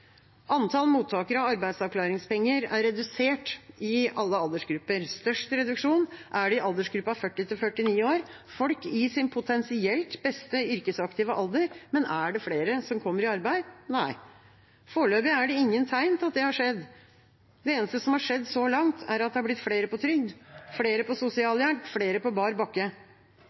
Antall mottakere av arbeidsavklaringspenger er redusert i alle aldersgrupper. Størst reduksjon er det i aldersgruppa 40–49 år, folk i sin potensielt beste yrkesaktive alder. Men er det flere som kommer i arbeid? Nei, foreløpig er det ingen tegn til at det har skjedd. Det eneste som har skjedd så langt, er at det er blitt flere på trygd, flere på sosialhjelp, flere på bar bakke.